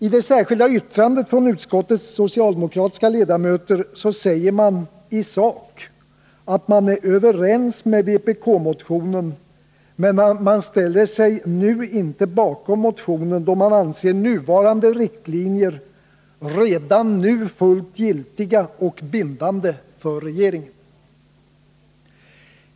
I det särskilda yttrandet från utskottets socialdemokratiska ledamöter sägs att man i sak är överens med vpk-motionen, men man ställer sig inte bakom motionen, då man anser nuvarande riktlinjer ”redan nu till fullo giltiga och bindande för regeringen”.